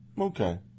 Okay